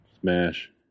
Smash